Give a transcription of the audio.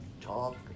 talk